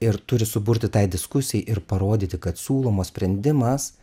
ir turi suburti tai diskusijai ir parodyti kad siūlomas sprendimas